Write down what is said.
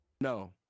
No